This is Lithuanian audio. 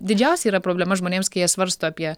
didžiausia yra problema žmonėms kai jie svarsto apie